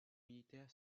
militaire